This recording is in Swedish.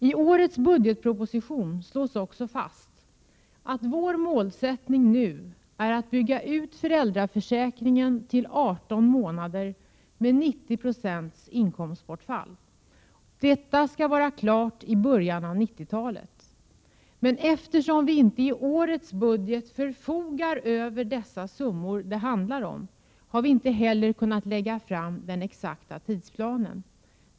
I årets budgetproposition slås också fast att vår målsättning nu är att bygga ut föräldraförsäkringen till 18 månader med 10 90 inkomstbortfall. Detta skall vara klart i början av 1990-talet. Men eftersom vi inte i årets budget förfogar över de summor som det handlar om, har vi inte heller kunnat lägga fram den exakta tidsplanen.